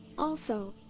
also,